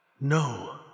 No